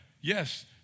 Yes